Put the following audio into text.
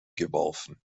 geworfen